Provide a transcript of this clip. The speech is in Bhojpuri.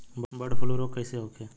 बर्ड फ्लू रोग कईसे होखे?